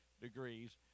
degrees